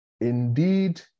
Indeed